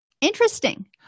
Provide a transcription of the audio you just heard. Interesting